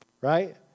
right